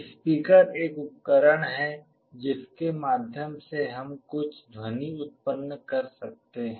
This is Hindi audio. स्पीकर एक उपकरण है जिसके माध्यम से हम कुछ ध्वनि उत्पन्न कर सकते हैं